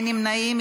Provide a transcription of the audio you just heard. אין נמנעים.